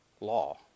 Law